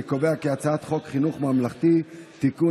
אני קובע כי הצעת חוק חינוך ממלכתי (תיקון,